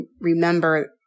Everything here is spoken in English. remember